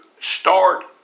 start